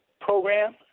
program